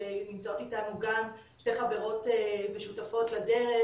נמצאות איתנו גם שתי חברות ושותפות לדרך,